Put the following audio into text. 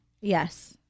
Yes